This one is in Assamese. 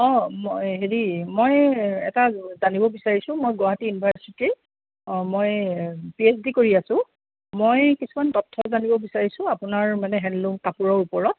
অঁ মই হেৰি মই এটা জানিব বিচাৰিছোঁ মই গুৱাহাটী ইউনিভাৰ্চিটি অঁ মই পি এচ ডি কৰি আছোঁ মই কিছুমান তথ্য জানিব বিচাৰিছোঁ আপোনাৰ মানে হেণ্ডলোম কাপোৰৰ ওপৰত